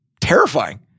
terrifying